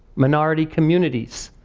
minority communities,